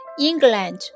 England